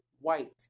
White